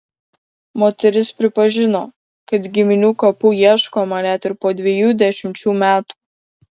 moteris pripažino kad giminių kapų ieškoma net ir po dviejų dešimčių metų